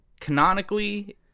canonically